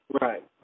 Right